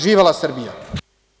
Živela Srbija.